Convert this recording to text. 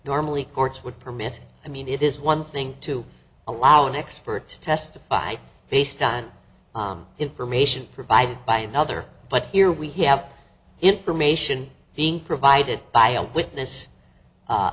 normally courts would permit i mean it is one thing to allow an expert testified based on information provided by another but here we have information being provided by a witness